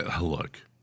look